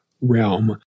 realm